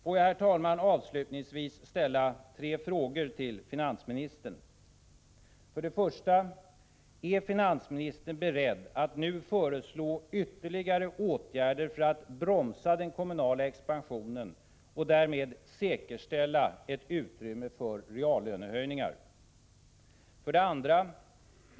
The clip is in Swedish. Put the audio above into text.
Får jag, herr talman, avslutningsvis ställa tre frågor till finansministern: 1. Är finansministern beredd att nu föreslå ytterligare åtgärder för att bromsa den kommunala expansionen och därmed säkerställa ett utrymme för höjda reallöner? 2.